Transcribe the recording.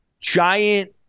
giant